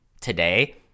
today